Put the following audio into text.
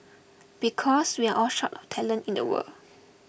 because we are all short of talent in the world